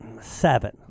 seven